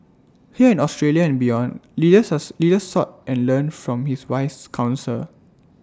here in Australia and beyond leaders leader sought and learned from his wise counsel